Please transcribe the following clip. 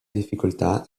difficoltà